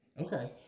Okay